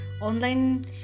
Online